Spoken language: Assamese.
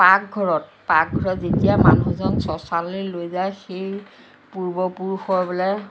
পাকঘৰত পাকঘৰত যেতিয়া মানুহজন শশানলৈ লৈ যায় সেই পূৰ্বপুৰুষৰ বোলে